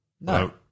No